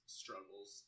struggles